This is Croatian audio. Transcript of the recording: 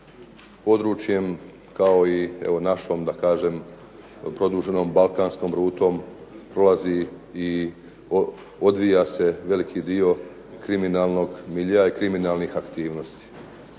područjem kao i evo našom da kažem produženom balkanskom rutom prolazi i odvija se veliki dio kriminalnog miljea i kriminalnih aktivnosti.